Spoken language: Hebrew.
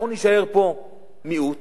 אנחנו נישאר פה מיעוט,